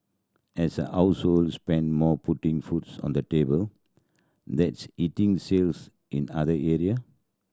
as households spend more putting foods on the table that's hitting sales in other area